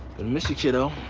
miss you, kiddo.